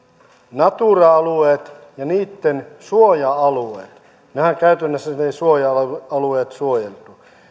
natura alueet ja niitten suoja alueet käytännössähän ne ne suoja alueet suojellaan